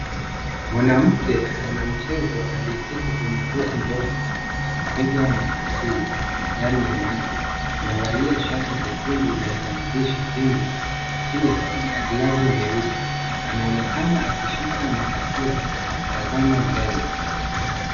Mwanamke mwanamchezo aliyeketi kwenye boti dogo la kupiga makasia, ndani ya maji amevalia shati jekundu lenye maandishi Kenya, kofia na glavu nyeusi, anaonekana akishika makasia na kutazama mbele.